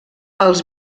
els